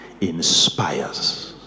inspires